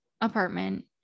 apartment